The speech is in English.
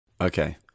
Okay